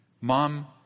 Mom